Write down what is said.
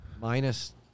minus